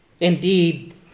Indeed